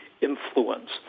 influence